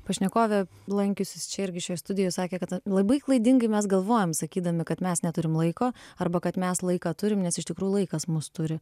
pašnekovė lankiusis čia irgi šioj studijoj sakė kad labai klaidingai mes galvojam sakydami kad mes neturim laiko arba kad mes laiką turim nes iš tikrųjų laikas mus turi